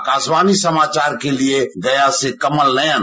आकाशवाणी समाचार के लिये गया से कमल नयन